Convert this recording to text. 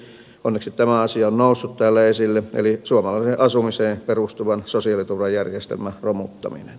onneksi tämä asia on noussut täällä esille eli suomalaisen asumiseen perustuvan sosiaaliturvajärjestelmän romuttaminen